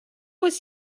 was